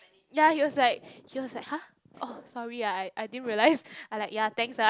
ya he was like he was like !huh! oh sorry ah I I didn't realise I like ya thanks ah